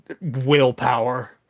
Willpower